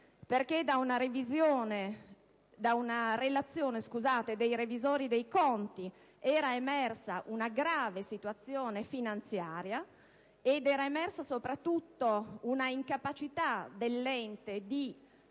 perché da una relazione dei revisori dei conti era emersa una grave situazione finanziaria e, soprattutto, una incapacità dell'ente non